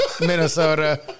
Minnesota